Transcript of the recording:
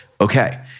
Okay